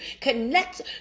Connect